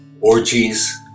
orgies